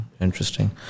interesting